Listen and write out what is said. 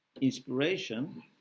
Inspiration